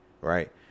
Right